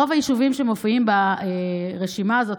רוב היישובים שמופיעים ברשימה הזאת,